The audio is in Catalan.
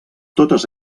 totes